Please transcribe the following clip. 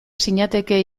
zinateke